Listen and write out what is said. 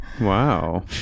Wow